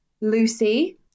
lucy